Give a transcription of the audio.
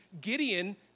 Gideon